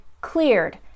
cleared